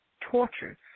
Tortures